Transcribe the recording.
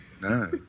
No